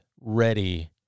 ready